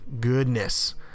goodness